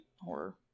horror